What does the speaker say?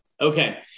Okay